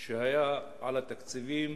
שהיה על התקציבים